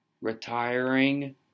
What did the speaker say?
retiring